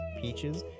peaches